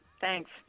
Thanks